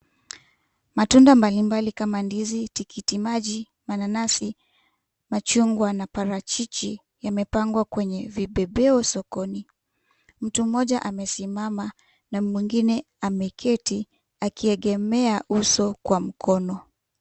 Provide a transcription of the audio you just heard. Matunda mbalimbali kama ndizi, tikiti maji, mananasi, machungwa na parachichi yamepangwa kwenye vipepeo sokoni. Mtu mmoja amesimama na mwengine ameketi akiegemea uso kwa mkono.